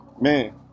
Man